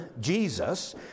Jesus